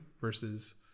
versus